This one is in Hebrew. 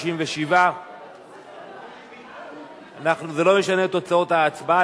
37. זה לא משנה את תוצאות ההצבעה,